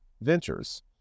ventures